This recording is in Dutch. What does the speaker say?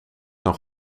nog